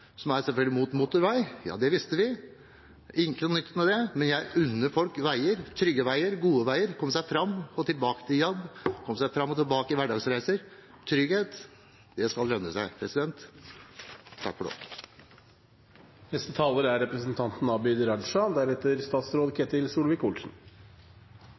som selvfølgelig er imot motorvei – det visste vi, det er ikke noe nytt med det – men jeg unner folk veier, trygge veier, gode veier. Jeg unner dem å komme seg fram til og tilbake fra jobb, komme seg fram og tilbake i hverdagsreiser. Trygghet skal lønne seg.